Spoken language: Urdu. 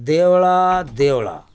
دیوڑا دیوڑا